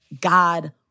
God